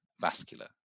vascular